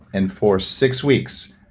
and for six weeks,